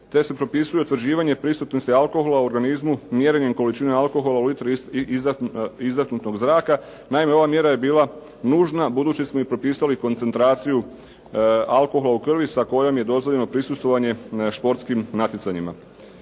te se propisuje utvrđivanje prisutnosti alkohola u organizmu, mjerenjem količine alkohola, izdahnutog zraka. Naime, ova mjera je bila nužna budući smo i propisali koncentraciju alkohola u krvi sa kojom je dozvoljeno prisustvovanje športskim natjecanjima.